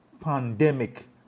pandemic